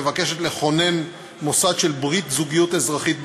מבקשת לכונן מוסד של ברית זוגיות אזרחית בישראל,